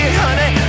honey